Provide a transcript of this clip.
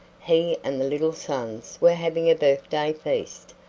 he and the little sons were having a birthday feast.